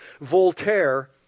Voltaire